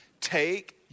Take